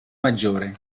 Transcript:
maggiore